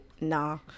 nah